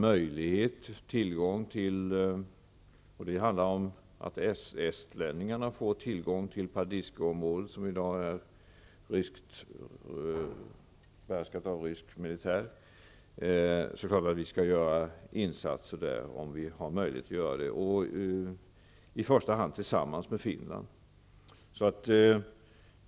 Så fort estlänningarna får tillgång till Paldiskiområdet, som i dag behärskas av rysk militär, är det klart att vi skall göra insatser där, om vi har möjlighet att göra det. Det skall i första hand ske tillsammans med Finland.